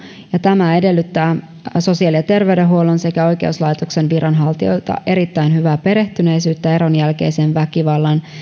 ja tämä edellyttää sosiaali ja terveydenhuollon sekä oikeuslaitoksen viranhaltijoilta erittäin hyvää perehtyneisyyttä eron jälkeisen väkivallan